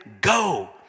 go